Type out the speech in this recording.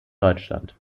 deutschland